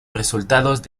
resultados